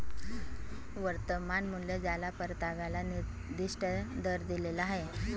वर्तमान मूल्य ज्याला परताव्याचा निर्दिष्ट दर दिलेला आहे